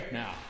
now